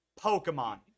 Pokemon